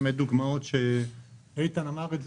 אלה דוגמאות שאיתן פרנס אמר,